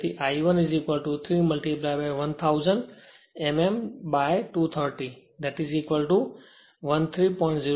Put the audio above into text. તેથી I 1 3 1000 mm by 230 13